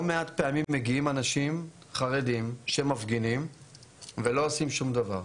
לא מעט פעמים מגיעים אנשים חרדים שמפגינים ולא עושים שום דבר.